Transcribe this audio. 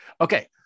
Okay